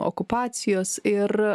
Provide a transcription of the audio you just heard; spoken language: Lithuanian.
okupacijos ir